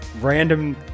random